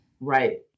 Right